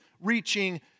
reaching